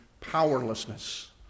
powerlessness